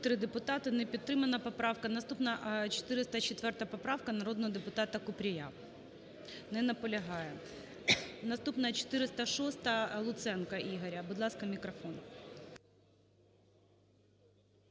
Наступна 406-а. Луценка Ігоря.